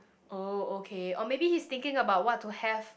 oh okay or maybe he's thinking about what to have